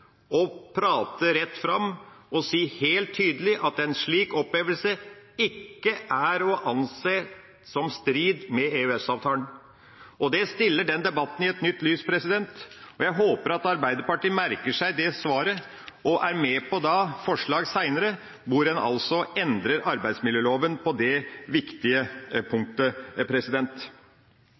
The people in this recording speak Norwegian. å prate rett fram og si helt tydelig at en slik opphevelse ikke er å anse som i strid med EØS-avtalen. Det stiller den debatten i et nytt lys, og jeg håper at Arbeiderpartiet merker seg svaret og er med på forslag seinere hvor en altså endrer arbeidsmiljøloven på dette viktige punktet.